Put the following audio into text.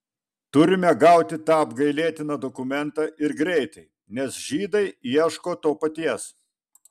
turime gauti tą apgailėtiną dokumentą ir greitai nes žydai ieško to paties